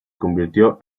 convirtió